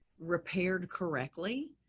repaired, correctly,